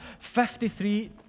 53